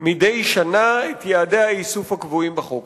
מדי שנה את יעדי האיסוף הקבועים בחוק.